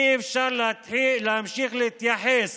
אי-אפשר להמשיך להתייחס